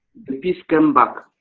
the peace came back.